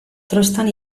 trostan